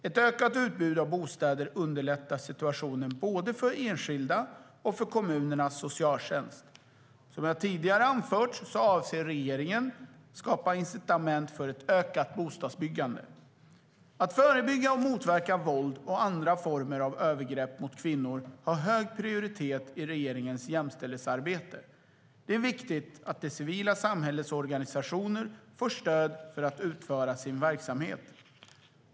Ett ökat utbud av bostäder underlättar situationen både för enskilda och för kommunernas socialtjänst. Som jag tidigare anfört avser regeringen att skapa incitament för ett ökat bostadsbyggande. Att förebygga och motverka våld och andra former av övergrepp mot kvinnor har hög prioritet i regeringens jämställdhetsarbete. Det är viktigt att det civila samhällets organisationer får stöd för att utföra sin verksamhet.